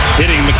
hitting